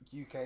UK